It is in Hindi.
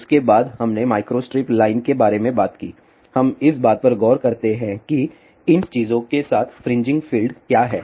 उसके बाद हमने माइक्रोस्ट्रिप लाइन के बारे में बात की हम इस बात पर गौर करते हैं कि इन चीजों के साथ फ्रिंजिंग फील्ड क्या हैं